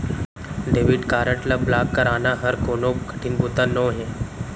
debit card ल block कराना हर कोनो कठिन बूता नोहे